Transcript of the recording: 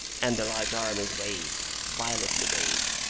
and the right arm is waved violently waved.